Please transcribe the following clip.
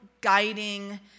guiding